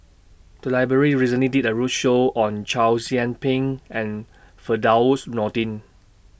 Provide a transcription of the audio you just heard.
The Library recently did A roadshow on Chow Yian Ping and Firdaus Nordin